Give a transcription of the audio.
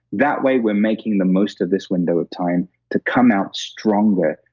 that way, we're making the most of this window of time to come out stronger,